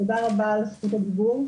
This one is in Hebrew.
תודה רבה על זכות הדיבור.